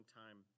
time